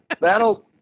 that'll